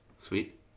Sweet